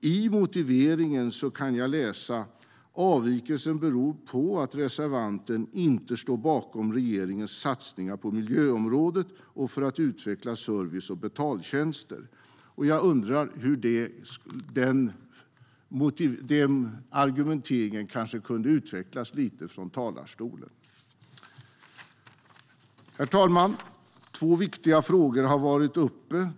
I motiveringen kan jag läsa att avvikelsen beror på att reservanten inte står bakom regeringens satsningar på miljöområdet och för att utveckla service och betaltjänster. Jag undrar om den argumenteringen kanske kunde utvecklas lite från talarstolen. Herr talman! Två viktiga frågor har varit uppe.